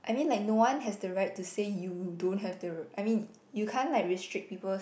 I mean like no one have the right to say you don't have the I mean you can't like restrict people